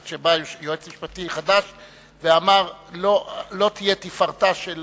עד שבא יועץ משפטי חדש ואמר: לא תהיה תפארתה של